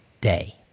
day